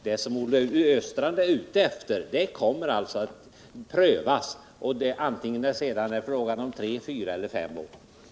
Det Olle Östrand är ute efter kommer alltså att prövas — det må sedan gälla förslag om tre, fyra eller fem års förlängning.